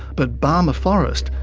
but barmah forest,